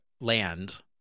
land